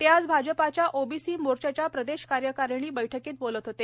ते आज भाजपाच्या ओबीसी मोर्चाच्या प्रदेश कार्यकारिणी बैठकीत बोलत होते